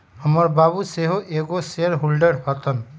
हमर बाबू सेहो एगो शेयर होल्डर हतन